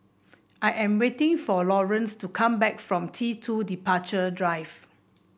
I am waiting for Laurance to come back from T two Departure Drive